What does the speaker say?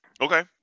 Okay